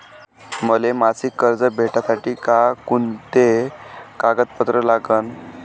मले मासिक कर्ज भेटासाठी का कुंते कागदपत्र लागन?